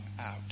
out